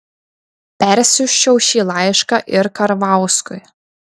persiųsčiau šį laišką ir karvauskui